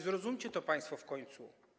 Zrozumcie to państwo w końcu.